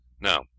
Now